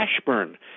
Ashburn